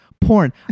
porn